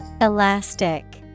Elastic